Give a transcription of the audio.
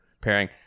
pairing